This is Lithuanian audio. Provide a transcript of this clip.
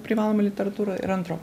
privalomą literatūrą ir antro